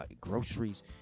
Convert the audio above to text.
groceries